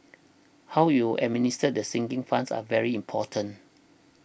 how you administer the sinking funds are very important